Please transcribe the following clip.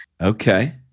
Okay